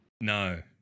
No